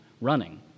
running